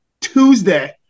Tuesday